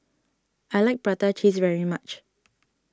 I like Prata Cheese very much